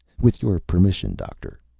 with your permission, doctor,